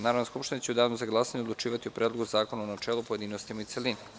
Narodna Skupština će u Danu za glasanje odlučivati o Predlogu zakona u načelu, pojedinostima i u celini.